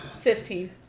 Fifteen